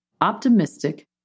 optimistic